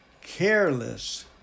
careless